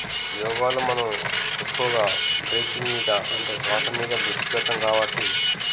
యోగాలో మనం ఎక్కువగా బ్రీతింగ్ మీద అంటే శ్వాస మీద దృష్టి పెడతాం కాబట్టి